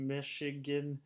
Michigan